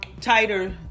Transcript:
Tighter